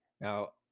Now